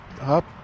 up